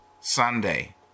Sunday